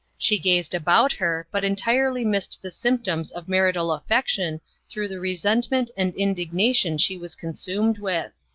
she gazed about her, but entirely missed the symptoms of marital aflection through the resentment and indignation she was consumed with.